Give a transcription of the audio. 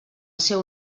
seu